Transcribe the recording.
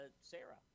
Sarah